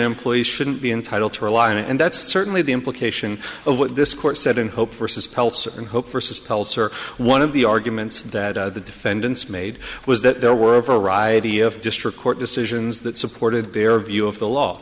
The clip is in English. employees shouldn't be entitled to rely on it and that's certainly the implication of what this court said and hope for says pelts and hope for says one of the arguments that the defendants made was that there were a variety of district court decisions that supported their view of the law